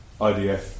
IDF